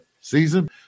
season